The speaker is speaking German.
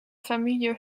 familie